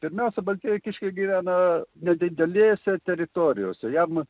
pirmiausia baltieji kiškiai gyvena nedidelėse teritorijose jam